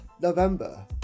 November